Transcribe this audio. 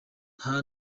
nta